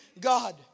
God